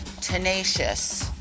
Tenacious